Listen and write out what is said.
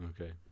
Okay